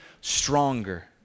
stronger